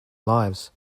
lives